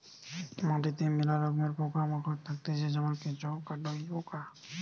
মাটিতে মেলা রকমের পোকা মাকড় থাকতিছে যেমন কেঁচো, কাটুই পোকা